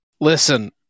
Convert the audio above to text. Listen